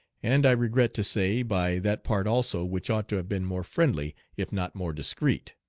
and, i regret to say, by that part also which ought to have been more friendly, if not more discreet.